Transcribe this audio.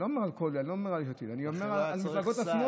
אני לא אומר על הכול, אני אומר על מפלגות השמאל.